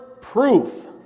proof